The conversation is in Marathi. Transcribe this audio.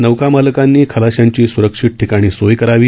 नौका मालकांनी खलाशांची सुरक्षित ठिकाणी सोय करावी